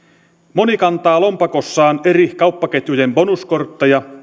moni kantaa lompakossaan eri kauppaketjujen bonuskortteja